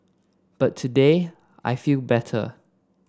but today I feel better